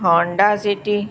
Honda city